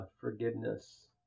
forgiveness